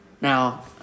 Now